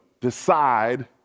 decide